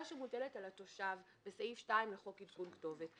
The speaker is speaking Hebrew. שמוטלת על התושב בסעיף 2 לחוק עדכון כתובות: